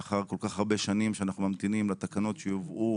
לאחר כל כך הרבה שנים שאנחנו ממתינים לתקנות שיובאו